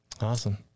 awesome